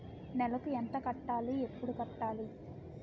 నెలకు ఎంత కట్టాలి? ఎప్పుడు కట్టాలి?